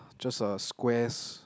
just a squares